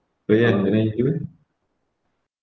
oh ya I mean even